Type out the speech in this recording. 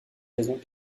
raisons